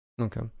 Okay